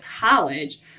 college